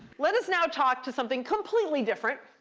let us now talk to something completely different.